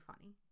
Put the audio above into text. funny